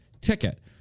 ticket